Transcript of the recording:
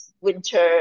winter